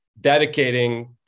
dedicating